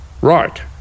right